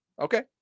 Okay